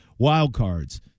Wildcards